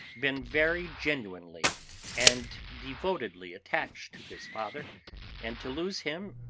been very genuinely and devotedly attached to his father and to lose him,